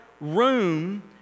room